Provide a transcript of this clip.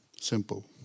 Simple